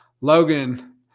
Logan